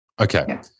Okay